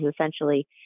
essentially